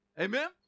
Amen